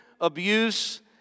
abuse